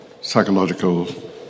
Psychological